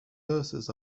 verses